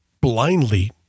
blindly